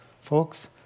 Folks